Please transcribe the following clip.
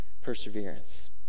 perseverance